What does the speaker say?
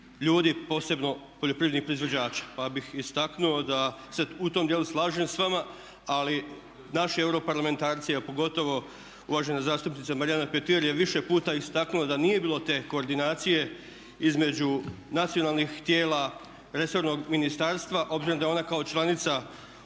ljudi, posebno poljoprivrednih proizvođača. Pa bih istaknuo da se u tom dijelu slažem s vama. Ali naši europarlamentarci a pogotovo uvažena zastupnica Marijana Petir je više puta istaknula da nije bilo te koordinacije između nacionalnih tijela resornog ministarstva obzirom da je ona kao članica